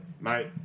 mate